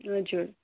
हजुर